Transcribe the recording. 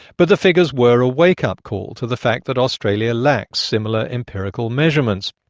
but the figures were a wake up call to the fact that australia lacks similar empirical measurements.